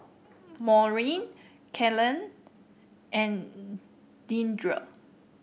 Maurine Kalene and Deandre